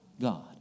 God